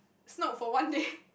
snowed for one day